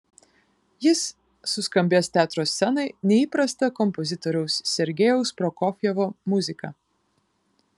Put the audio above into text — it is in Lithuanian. jis suskambės teatro scenai neįprasta kompozitoriaus sergejaus prokofjevo muzika